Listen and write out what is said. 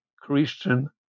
Christian